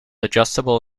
adjustable